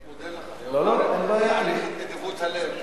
אני מודה לך על נדיבות הלב.